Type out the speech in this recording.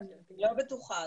אני לא בטוחה.